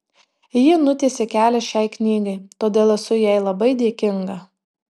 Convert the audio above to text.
ji nutiesė kelią šiai knygai todėl esu jai labai dėkinga